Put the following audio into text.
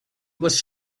was